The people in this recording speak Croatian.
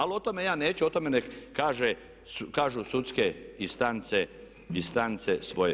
Ali o tome ja neću, o tome neka kažu sudske instance, instance svoje.